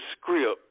script